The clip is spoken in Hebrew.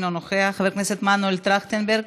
אינו נוכח, חבר הכנסת מנואל טרכטנברג,